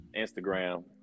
Instagram